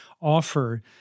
offer